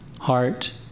heart